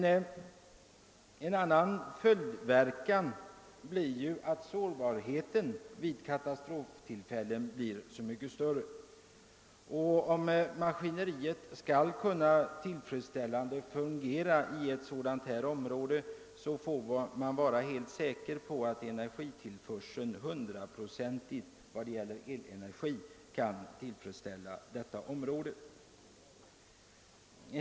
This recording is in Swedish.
En annan följdverkan är emellertid att sårbarheten vid katastroftillfällen blir så mycket större. Om maskineriet skall kunna fungera i ett sådant område, måste man vara helt säker på att tillförseln av elenergi är hundraproceutigt tillfredsställande.